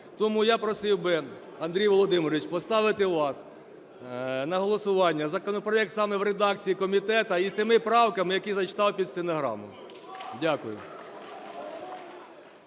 Тому я просив би, Андрій Володимирович, поставити вас на голосування законопроект саме в редакції комітету із тими правками, які зачитав під стенограму. Дякую.